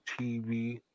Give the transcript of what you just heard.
TV